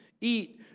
eat